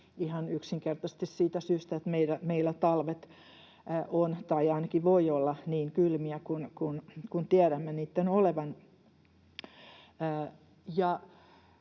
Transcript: ihan yksinkertaisesti siitä syystä, että meillä talvet ovat tai ainakin voivat olla niin kylmiä kuin tiedämme niitten olevan.